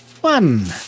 one